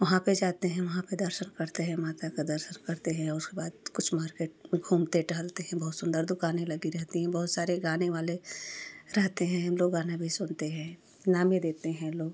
वहाँ पर जाते हैं वहाँ पे दर्शन करते हैं माता का दर्शन करते हैं और उसके बाद कुछ मार्केट घूमते टहलते हैं बहुत सुन्दर दुकानें लगी रहती हैं बहुत सारे गाने वाले रहते हैं हम लोग गाना भी सुनते हैं इनाम भी देते हैं लोग